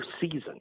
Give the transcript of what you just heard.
season